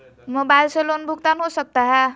Mobile से loan भुगतान हो सकता है?